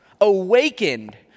awakened